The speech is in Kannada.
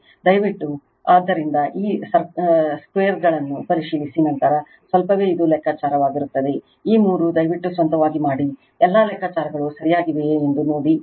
ಆದ್ದರಿಂದ ದಯವಿಟ್ಟು ಈ ಸ್ಕ್ವೇರ್ಗಳನ್ನು ಪರಿಶೀಲಿಸಿ ನಂತರ ಸ್ವಲ್ಪವೇ ಇದು ಲೆಕ್ಕಾಚಾರವಾಗಿರುತ್ತದೆ ಈ ಮೂರನ್ನು ದಯವಿಟ್ಟು ಸ್ವಂತವಾಗಿ ಮಾಡಿ ಎಲ್ಲಾ ಲೆಕ್ಕಾಚಾರಗಳು ಸರಿಯಾಗಿವೆಯೆ ಎಂದು ನೋಡಿ